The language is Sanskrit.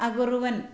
अकुर्वन्